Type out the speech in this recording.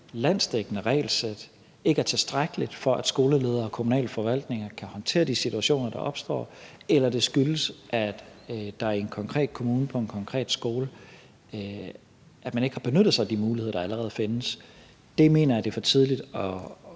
landsdækkende regelsæt ikke er tilstrækkeligt, for at skoleledere og kommunale forvaltninger kan håndtere de situationer, der opstår, eller om det skyldes, at man i en konkret kommune på en konkret skole ikke har benyttet sig af de muligheder, der allerede findes, mener jeg er for tidligt at